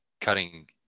cutting